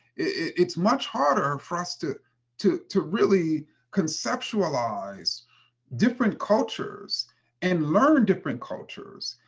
it's much harder for us to to to really conceptualize different cultures and learn different cultures.